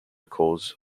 calls